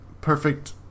perfect